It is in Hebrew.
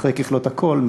אחרי ככלות הכול,